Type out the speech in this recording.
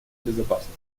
безопасности